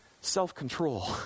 self-control